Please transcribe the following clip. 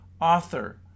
author